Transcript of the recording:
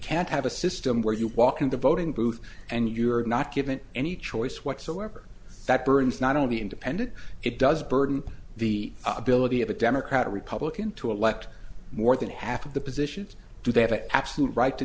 can't have a system where you walk in the voting booth and you're not given any choice whatsoever that burns not only independent it does burden the ability of a democrat or republican to elect more than half of the positions do they have an absolute right to